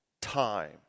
time